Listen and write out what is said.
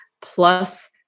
plus